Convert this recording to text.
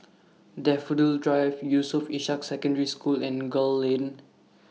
Daffodil Drive Yusof Ishak Secondary School and Gul Lane